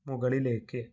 മുകളിലേക്ക്